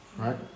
right